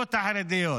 המפלגות החרדיות,